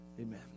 Amen